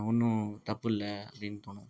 ஒன்றும் தப்பில்லை அப்படின்னு தோணும்